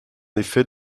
effet